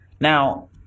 now